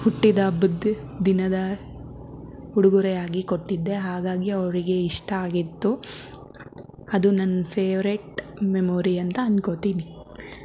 ಹುಟ್ಟಿದ ಹಬ್ಬದ ದಿನದ ಉಡುಗೊರೆಯಾಗಿ ಕೊಟ್ಟಿದ್ದೆ ಹಾಗಾಗಿ ಅವಳಿಗೆ ಇಷ್ಟ ಆಗಿತ್ತು ಅದು ನನ್ನ ಫೆವ್ರೇಟ್ ಮೆಮೊರಿ ಅಂತ ಅನ್ಕೋತೀನಿ